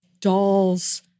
dolls